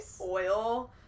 oil